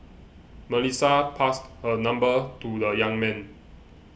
Melissa passed her number to the young man